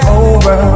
over